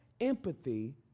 empathy